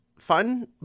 Fun